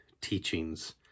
teachings